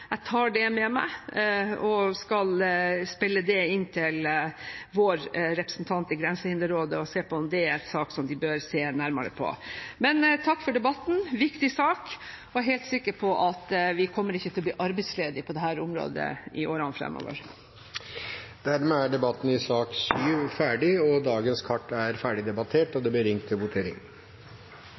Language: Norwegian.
Jeg tar det med meg og skal spille inn til vår representant i Grensehinderrådet om det er en sak som de bør se nærmere på. Takk for debatten – en viktig sak, og jeg er helt sikkert på at vi ikke kommer til å bli arbeidsledige på dette området i årene fremover. Dermed er debatten i sak nr. 7 ferdig. Da er Stortinget beredt til å gå til votering.